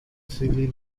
silly